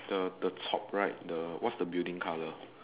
the the top right the what's the building colour